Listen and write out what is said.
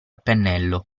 pennello